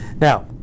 now